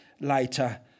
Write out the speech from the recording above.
later